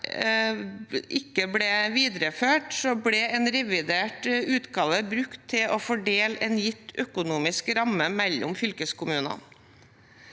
ikke ble videreført, ble en revidert utgave brukt til å fordele en gitt økonomisk ramme mellom fylkeskommuner.